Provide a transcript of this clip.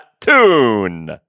tune